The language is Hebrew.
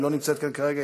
היא לא נמצאת כאן כרגע,